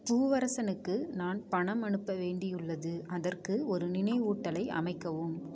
பூவரசனுக்கு நான் பணம் அனுப்ப வேண்டியுள்ளது அதற்கு ஒரு நினைவூட்டலை அமைக்கவும்